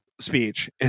speech